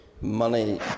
money